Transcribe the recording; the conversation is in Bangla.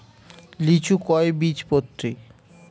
লিচু কয় বীজপত্রী?